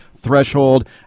Threshold